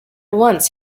once